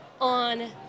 on